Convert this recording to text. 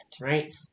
right